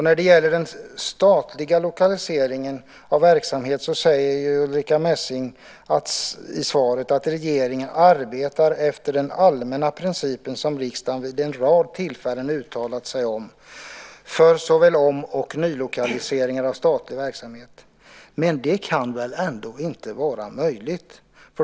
När det gäller den statliga lokaliseringen av verksamhet säger Ulrica Messing i svaret att regeringen arbetar "utifrån de allmänna principer som riksdagen vid en rad tillfällen har uttalat sig om för såväl om som nylokaliseringar av statliga verksamheter". Men det kan väl ändå inte vara möjligt.